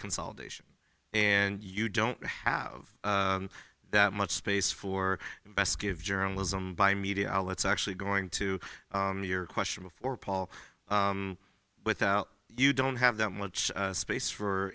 consolidation and you don't have that much space for investigative journalism by media outlets actually going to your question before paul without you don't have that much space for